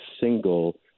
single